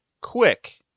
quick